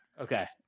Okay